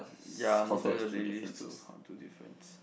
ya most probably will be these two difference